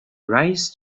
rise